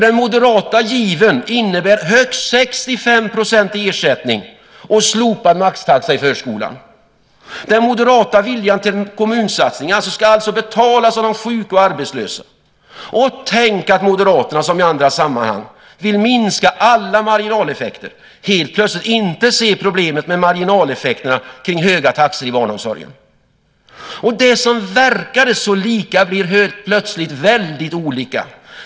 Den moderata given innebär nämligen högst 65 % i ersättning och slopad maxtaxa i förskolan. Den moderata viljan till kommunsatsningar ska alltså betalas av de sjuka och arbetslösa. Och tänk att Moderaterna som i andra sammanhang vill minska alla marginaleffekter helt plötsligt inte ser problemet med marginaleffekterna kring höga taxor i barnomsorgen. Det som verkade så lika blir helt plötsligt väldigt olika.